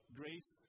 grace